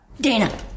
Dana